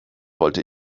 wollte